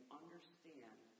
understand